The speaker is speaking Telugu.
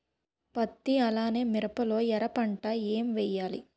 పత్తి అలానే మిరప లో ఎర పంట ఏం వేయాలి?